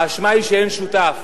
האשמה היא שאין שותף,